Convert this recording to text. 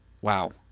Wow